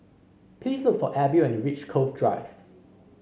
please look for Abby when you reach Cove Drive